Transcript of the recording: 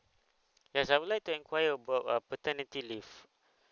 yes I would like to inquire about uh paternity leave